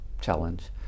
challenge